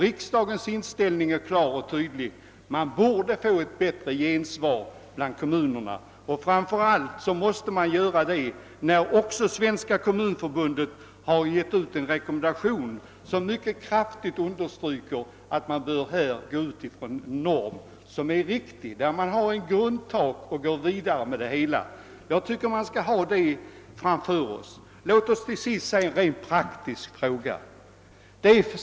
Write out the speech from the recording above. Riksdagens inställning är klar, nämligen att det måste bli ett bättre gensvar bland kommunerna för pensionärernas krav. Detta gäller inte minst mot bakgrunden av att även Svenska kommunförbundet utfärdat en rekommendation, där det mycket kraftigt understrykes att man bör utgå från den i mitt tycke riktiga ordningen med en statlig grundinsats och en kommunal påbyggnad. Detta är ett mål som vi bör sträva mot. Jag vill till sist ta upp en rent praktisk fråga.